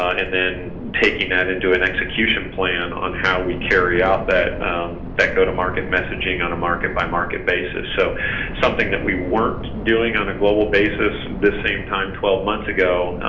and then taking that into an execution plan on how we can carry out that that go-to-market messaging on a market by market basis. so something that we weren't doing on a global basis this same time twelve months ago,